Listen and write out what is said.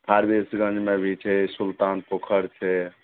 फारबिसगंज मे भी छै सुल्तान पोखरि छै